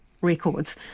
records